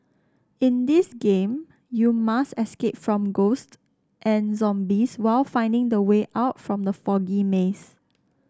in this game you must escape from ghosts and zombies while finding the way out from the foggy maze